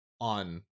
on